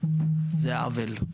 זה עוול,